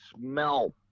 smell